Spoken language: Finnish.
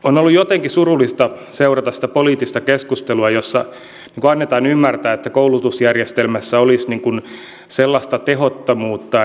on ollut jotenkin surullista seurata sitä poliittista keskustelua jossa annetaan ymmärtää että koulutusjärjestelmässä olisi tehottomuutta